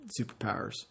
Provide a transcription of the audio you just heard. superpowers